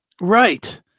Right